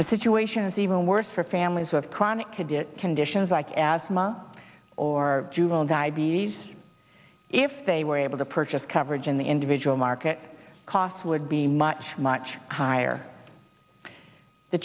the situation is even worse for families who have chronic could get conditions like asthma or juvenile diabetes if they were able to purchase coverage in the individual market costs would be much much higher the